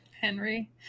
Henry